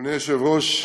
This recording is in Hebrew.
אדוני היושב-ראש,